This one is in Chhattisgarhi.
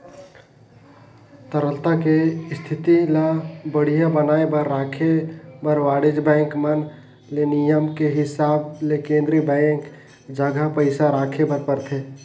तरलता के इस्थिति ल बड़िहा बनाये बर राखे बर वाणिज्य बेंक मन ले नियम के हिसाब ले केन्द्रीय बेंक जघा पइसा राखे बर परथे